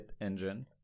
Engine